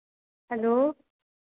hello